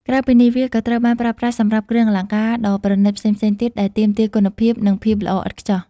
ក្រៅពីនេះ វាក៏ត្រូវបានប្រើប្រាស់សម្រាប់គ្រឿងអលង្ការដ៏ប្រណិតផ្សេងៗទៀតដែលទាមទារគុណភាព និងភាពល្អឥតខ្ចោះ។